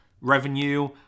revenue